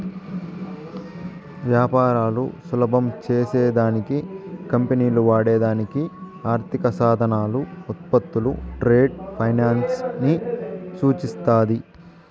వ్యాపారాలు సులభం చేసే దానికి కంపెనీలు వాడే దానికి ఆర్థిక సాధనాలు, ఉత్పత్తులు ట్రేడ్ ఫైనాన్స్ ని సూచిస్తాది